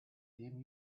team